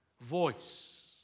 voice